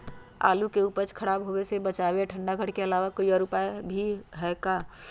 आलू के उपज के खराब होवे से बचाबे ठंडा घर के अलावा कोई और भी उपाय है का?